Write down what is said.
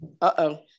Uh-oh